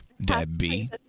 Debbie